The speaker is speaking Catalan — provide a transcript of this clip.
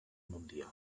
mundial